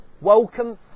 Welcome